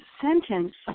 sentence